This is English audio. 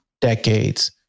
decades